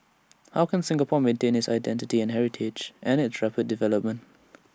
how can Singapore maintain its identity and heritage amid its traper development